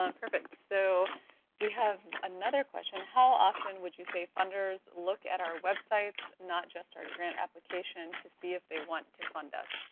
um perfect. so we have another question. how often would you say funders look at our websites not just our grant application to see if they want to fund us?